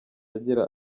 agira